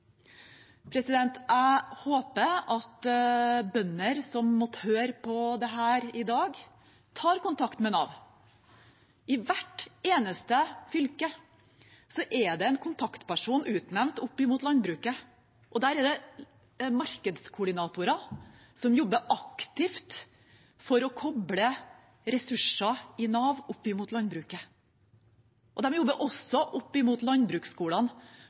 Jeg håper at bønder som måtte høre på dette i dag, tar kontakt med Nav. I hvert eneste fylke er det utnevnt en kontaktperson opp mot landbruket, og der er det markedskoordinatorer som jobber aktivt for å kople ressurser i Nav opp mot landbruket. De jobber også opp mot landbruksskolene